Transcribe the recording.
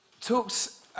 talks